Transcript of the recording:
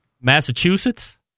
Massachusetts